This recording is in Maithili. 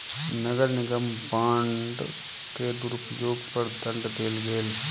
नगर निगम बांड के दुरूपयोग पर दंड देल गेल